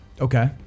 Okay